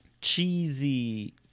cheesy